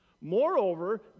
Moreover